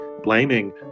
Blaming